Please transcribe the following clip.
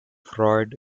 freud